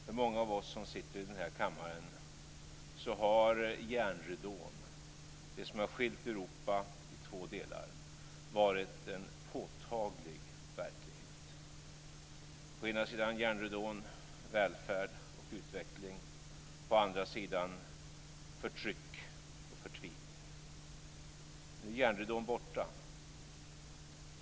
För många av oss som sitter i denna kammare har järnridån - det som har skilt Europa i två delar - varit en påtaglig verklighet. På ena sidan järnridån har det varit välfärd och utveckling. På andra sidan har det varit förtryck och förtvining. Nu är järnridån borta.